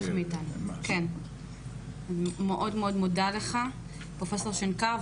אני מודה לך, פרופ' שנקר.